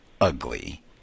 ugly